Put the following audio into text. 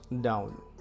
down